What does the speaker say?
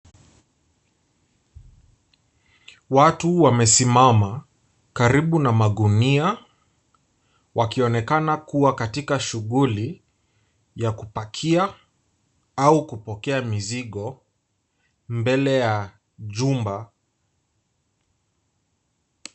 Watu wamesimama karibu na magunia wakionekana kuwa katika shughuli ya kupakia au kupokea mizigo mbele ya jumba.